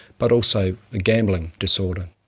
but also a gambling disorder.